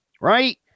right